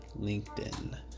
LinkedIn